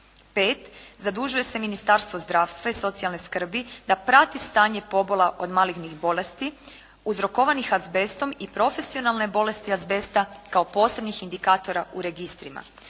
5. Zadužuje se Ministarstvo zdravstva i socijalne skrbi da prati stanje pobola od malignih bolesti uzrokovanih azbestom i profesionalne bolesti azbesta kao posebnih indikatora u registrima;